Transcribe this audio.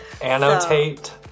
Annotate